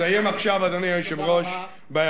אסיים עכשיו, אדוני היושב-ראש, תודה רבה.